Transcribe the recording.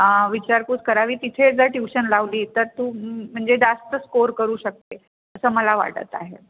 विचारपूस करावी तिथे जर ट्यूशन लावली तर तू म्हणजे जास्त स्कोअर करू शकते असं मला वाटत आहे